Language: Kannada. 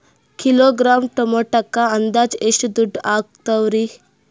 ಕಿಲೋಗ್ರಾಂ ಟೊಮೆಟೊಕ್ಕ ಅಂದಾಜ್ ಎಷ್ಟ ದುಡ್ಡ ಅಗತವರಿ?